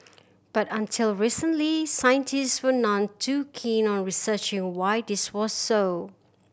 but until recently scientist were none too keen on researching why this was so